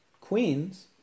queens